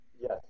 Yes